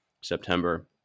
September